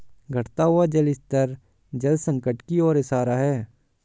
घटता हुआ जल स्तर जल संकट की ओर इशारा है